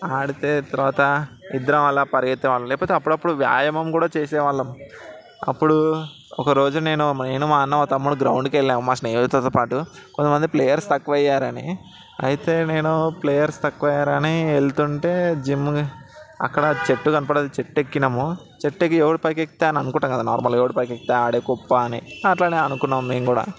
ఆడితే తర్వాత ఇద్దరం ఆలా పరిగెత్తేవాళ్ళం లేకపోతే అప్పుడప్పుడు వ్యాయామం కూడా చేసేవాళ్ళం అప్పుడు ఒక రోజు నేను నేను మా అన్న తమ్ముడు గ్రౌండ్కి వెళ్ళాం మా స్నేహితులతో పాటు కొంత మంది ప్లేయర్స్ తక్కువ అయ్యారని అయితే నేను ప్లేయర్స్ తక్కువ అయ్యారని వెళ్తుంటే జిమ్ అక్కడ చెట్టు కనపడ్డది చెట్టెక్కినాము చెట్టెక్కి ఎవరు పైకెక్కితే అని అనుకుంటాం కదా నార్మల్గా ఎవడు పైకెక్కితే ఆడే గొప్ప అని అట్లనే అనుకున్నాం మేము కూడా